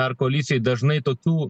ar koalicijoj dažnai tokių